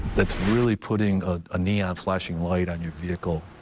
it's really putting a neon flashing light on your vehicle.